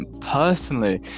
personally